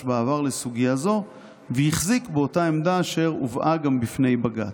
בעבר לסוגיה זו והחזיק באותה עמדה אשר הובאה גם בפני בג"ץ.